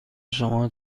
شما